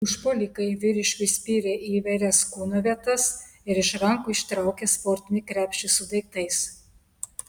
užpuolikai vyriškiui spyrė į įvairias kūno vietas ir iš rankų ištraukė sportinį krepšį su daiktais